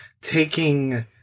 taking